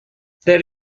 there